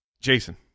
Jason